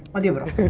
um the little